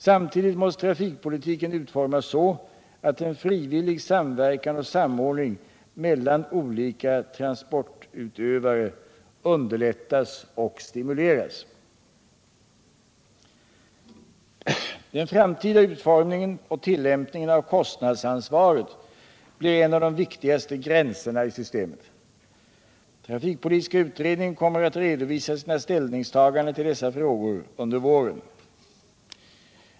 Samtidigt måste trafikpolitiken utformas så att en frivillig samverkan och samordning mellan olika transportutövare underlättas och stimuleras. Den framtida utformningen och tillämpningen av kostnadsansvaret blir en av de viktigaste ”gränserna” i systemet. Trafikpolitiska utredningen kommer att redovisa sina ställningstaganden till dessa frågor under våren.